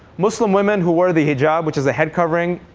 muslim women who wore the hijab, which is the head covering,